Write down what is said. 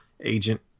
agent